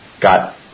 got